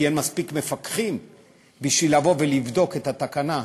כי אין מספיק מפקחים בשביל לבדוק את יישום התקנה.